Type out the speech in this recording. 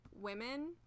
women